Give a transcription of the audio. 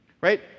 Right